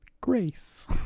Grace